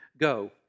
Go